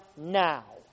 now